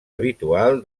habitual